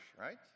right